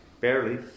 Barely